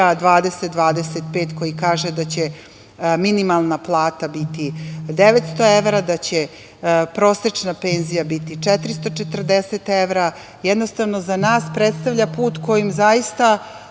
20-25“ koji kaže da će minimalna plata biti 900 evra, da će prosečna penzija biti 440 evra, jednostavno za nas predstavlja put kojim zaista